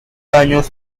años